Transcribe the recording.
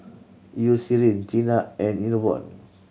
Eucerin Tena and Enervon